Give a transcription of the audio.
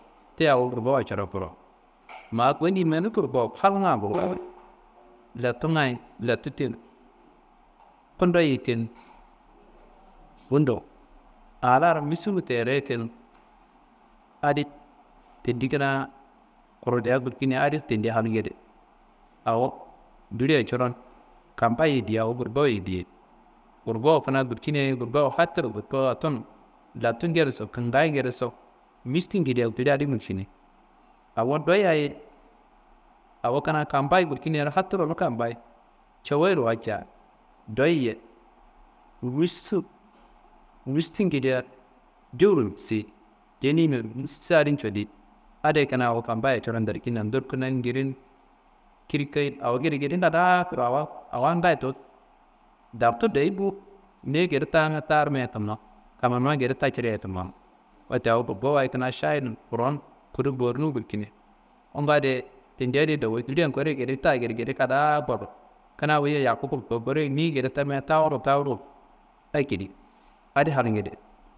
Tiyi awo gurgowan coron koro ma goni manu gurgowo, halnga gurgowo letungaye letu tenu, kundoyi ye tenu, bundo a laro missinu tere ye tenu, adi tendi kuna krudiya gulkina adi tendi halgede awo duliya coron kampayi ye diye, awo gurgowu ye diye, gurgowu kuna gulkinaye gurgowu hapturo gurgowu tunu datugideso, kingayigedeso, mistingidaso jili adi gulkine awo doyiyaye awo kuna kampayiyaro hapturonu kampayi cawayiro walca doyi ye, missu, mistugidea cowuro misseyi jenimea missa adin celi adiye kuna awo kompoya coron darkina ndorkina n, ngiri n, kiri keyi n, awo gedeged kadaa koro awa awangayi to dartu dayi bo niyi gede tatarme ye tuma, kamanumayi gede taciriya ye tuma. Wette awo gurgowaye šayi- n, kuro n, kudu bori ngulkine. Ongo adiye tendi adi dulian koreyi gede ta gedegede kada kor, kuna wuyiye yakku gulko kureyi ni tamia tawuru tawuru ekedi adi halgide